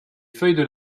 feuilles